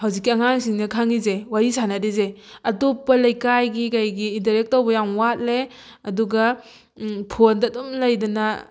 ꯍꯧꯖꯤꯛꯀꯤ ꯑꯉꯥꯡꯁꯤꯡꯅ ꯈꯪꯉꯤꯁꯦ ꯋꯥꯔꯤ ꯁꯥꯅꯔꯤꯁꯦ ꯑꯇꯣꯞꯄ ꯂꯩꯀꯥꯏꯒꯤ ꯀꯩꯒꯤ ꯏꯟꯇꯔꯦꯛ ꯇꯧꯕ ꯌꯥꯝ ꯋꯥꯠꯂꯦ ꯑꯗꯨꯒ ꯐꯣꯟꯗ ꯑꯗꯨꯝ ꯂꯩꯗꯅ